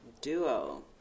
duo